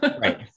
Right